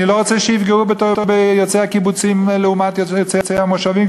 אני לא רוצה שיפגעו ביוצאי הקיבוצים לעומת יוצאי המושבים,